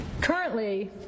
Currently